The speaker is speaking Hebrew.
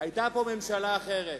היתה פה ממשלה אחרת.